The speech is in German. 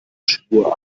schwur